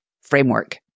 framework